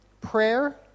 prayer